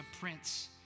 prince